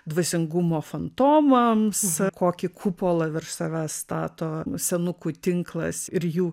dvasingumo fantomams kokį kupolą virš savęs stato senukų tinklas ir jų